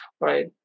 right